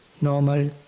normal